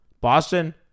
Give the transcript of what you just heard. Boston